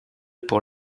pour